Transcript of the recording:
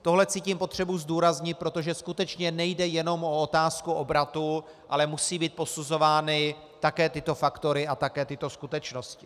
Tohle cítím potřebu zdůraznit, protože skutečně nejde o otázku obratu, ale musí být posuzovány také tyto faktory a také tyto skutečnosti.